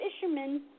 fishermen